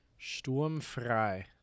Sturmfrei